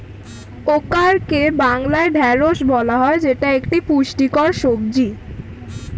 ওকরাকে বাংলায় ঢ্যাঁড়স বলা হয় যেটা একটি পুষ্টিকর সবজি